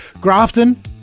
Grafton